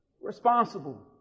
Responsible